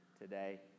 today